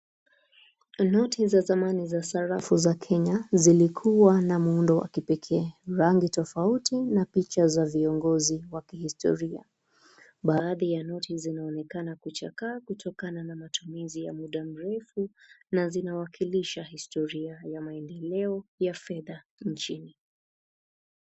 Noti za zamani za sarafu za Kenya zilikuwa na mhundo wa kipekee. Rangi tofauti na picha za viongozi wa kihistoria. Baadhi ya noti zinaonekana kuchakaa kutokana na matumizi ya muda mrefu. Na zinawakilisha historia ya maendeleo ya fedha nchini.